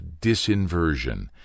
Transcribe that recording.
disinversion